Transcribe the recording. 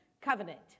covenant